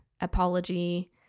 apology